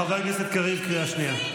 חבר הכנסת קריב, קריאה שנייה.